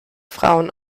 frauen